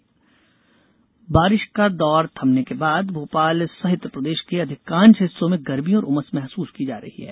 मौसम बारिश का दौर थमने के बाद भोपाल सहित प्रदेश के अधिकांष हिस्सों में गर्मी और उमस महसूस की जा रही है